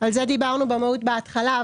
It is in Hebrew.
על זה דיברנו במהות בהתחלה.